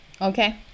okay